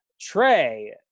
Trey